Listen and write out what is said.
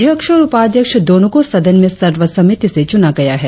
अध्यक्ष और उपाध्यक्ष दोनो को सदन में सर्वसम्मति से चुना गया है